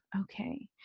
Okay